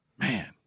Man